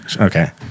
Okay